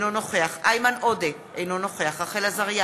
אינו נוכח איימן עודה, אינו נוכח רחל עזריה,